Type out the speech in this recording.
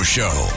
Show